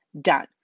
done